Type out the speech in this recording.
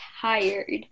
tired